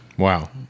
Wow